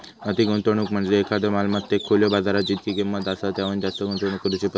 अति गुंतवणूक म्हणजे एखाद्यो मालमत्तेत खुल्यो बाजारात जितकी किंमत आसा त्याहुन जास्त गुंतवणूक करुची पद्धत